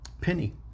penny